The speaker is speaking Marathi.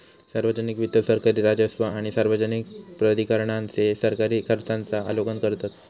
सार्वजनिक वित्त सरकारी राजस्व आणि सार्वजनिक प्राधिकरणांचे सरकारी खर्चांचा आलोकन करतत